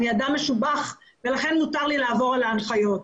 אני אדם משובח ולכן מותר לי לעבור על ההנחיות.